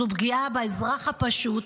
זו פגיעה באזרח הפשוט,